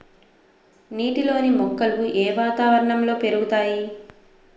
నీటిలోని మొక్కలు ఏ వాతావరణంలో పెరుగుతాయి?